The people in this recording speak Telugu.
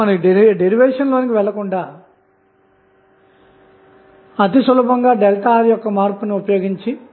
కాబట్టి ఇక్కడ Vth విలువను తెలుసుకోవడానికి ప్రయత్నిద్దాము